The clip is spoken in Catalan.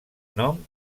nom